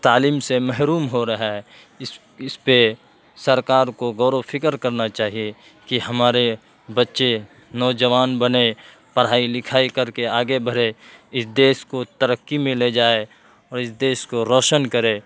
تعلیم سے محروم ہو رہا ہے اس پہ سرکار کو غور و فکر کرنا چاہیے کہ ہمارے بچے نوجوان بنے پڑھائی لکھائی کر کے آگے بڑھے اس دیس کو ترقی میں لے جائے اور اس دیش کو روشن کرے